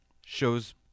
shows